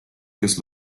kes